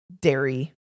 dairy